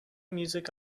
music